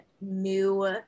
new